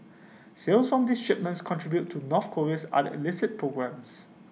sales from these shipments contribute to north Korea's other illicit programmes